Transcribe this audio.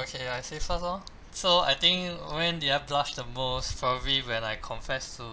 okay I say first lor so I think when did I blush the most probably when I confess to